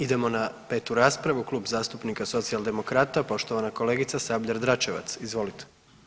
Idemo na 5. raspravu Klub zastupnika Socijaldemokrata, poštovana kolegica Sabljar-Dračevac, izvolite.